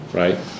right